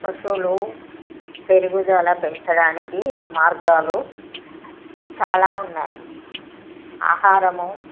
పశువులు పెరుగుదల పెంచడానికి మార్గాలు చాలా ఉన్నాయి ఆహారము